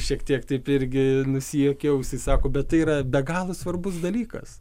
šiek tiek taip irgi nusijuokiau jisai sako bet tai yra be galo svarbus dalykas